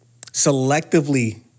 selectively